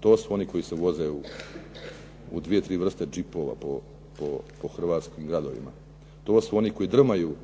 to su oni koji se voze u dvije, tri vrste džipova po hrvatskim gradovima, to su oni koji drmaju